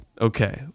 okay